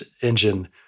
engine